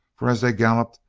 for as they galloped,